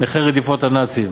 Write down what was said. נכי רדיפות הנאצים,